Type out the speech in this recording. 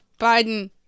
Biden